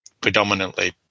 predominantly